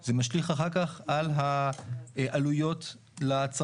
זה משליך אחר כך על העלויות לצרכן.